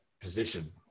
position